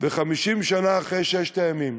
ו-50 שנה אחרי ששת הימים